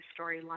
storyline